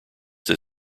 that